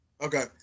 Okay